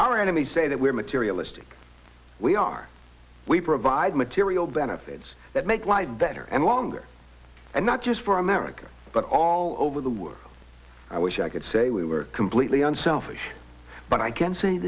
our enemies say that we're materialistic we are we provide material benefits that make life better and longer and not just for america but all over the world i wish i could say we were completely unselfish but i can say